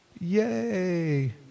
Yay